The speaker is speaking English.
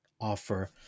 offer